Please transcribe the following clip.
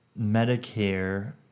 Medicare